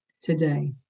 today